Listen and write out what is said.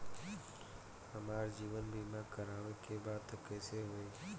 हमार जीवन बीमा करवावे के बा त कैसे होई?